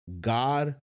God